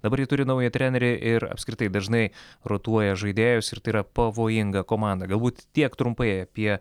dabar ji turi naują trenerį ir apskritai dažnai rotuoja žaidėjus ir tai yra pavojinga komanda galbūt tiek trumpai apie